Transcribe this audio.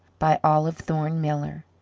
by olive thorne miller